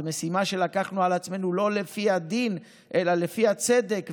זו משימה שלקחנו על עצמנו לא לפי הדין אלא לפי הצדק והמוסר,